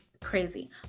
crazy